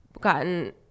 gotten